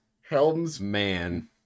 Helmsman